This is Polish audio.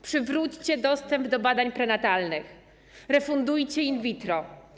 Przywróćcie dostęp do badań prenatalnych, refundujcie in vitro.